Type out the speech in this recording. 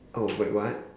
oh wait what